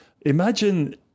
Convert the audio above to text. Imagine